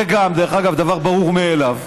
זה גם, דרך אגב, דבר ברור מאליו.